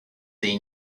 they